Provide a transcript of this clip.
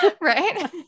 Right